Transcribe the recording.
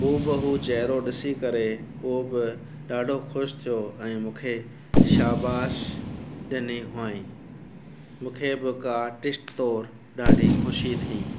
हूब हू चहिरो ॾिसी करे उहो बि ॾाढो ख़ुशि थियो ऐं मूंखे शाबाश ॾिनी हुअई मूंखे बि का आर्टिस्ट तौर ॾाढी ख़ुशी थी